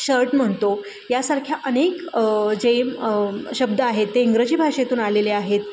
shirt म्हणतो यासारख्या अनेक जे शब्द आहेत ते इंग्रजी भाषेतून आलेले आहेत